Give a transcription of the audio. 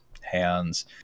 hands